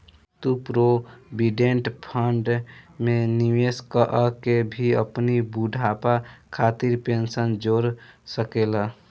तू provident fund में निवेश कअ के भी अपनी बुढ़ापा खातिर पेंशन जोड़ सकेला